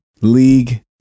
League